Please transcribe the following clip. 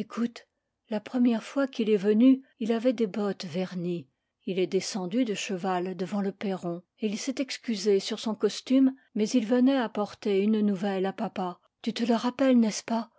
ecoute la première fois qu'il est venu il avait des bottes vernies il est descendu de cheval devant le perron et il s'est excusé sur son costume mais il venait apporter une nouvelle à papa tu te le rappelles n'est-ce pas